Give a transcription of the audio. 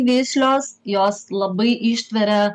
vislios jos labai ištveria